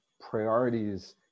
priorities